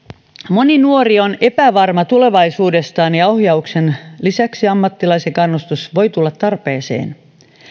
moni nuori on epävarma tulevaisuudestaan ja ohjauksen lisäksi ammattilaisen kannustus voi tulla tarpeeseen